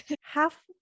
Half